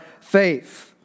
faith